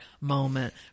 moment